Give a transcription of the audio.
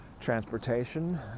transportation